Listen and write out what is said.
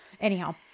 Anyhow